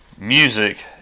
music